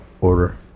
Order